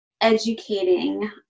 educating